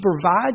provide